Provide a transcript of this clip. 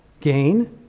gain